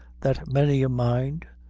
that many a mind,